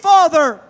Father